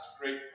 great